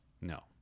No